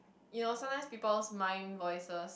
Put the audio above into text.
you know sometimes people mind voices